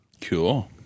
Cool